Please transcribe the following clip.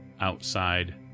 outside